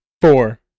Four